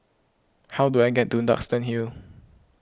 how do I get to Duxton Hill